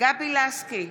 גבי לסקי,